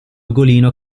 ugolino